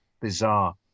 bizarre